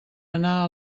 anar